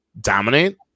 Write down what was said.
dominate